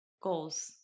goals